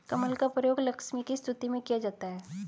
कमल का प्रयोग लक्ष्मी की स्तुति में किया जाता है